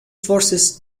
forces